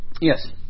Yes